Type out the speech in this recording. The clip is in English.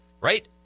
right